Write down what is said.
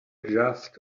just